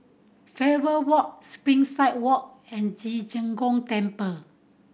Faber Walk Springside Walk and Ci Zheng Gong Temple